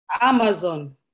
Amazon